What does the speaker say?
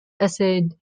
essay